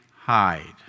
hide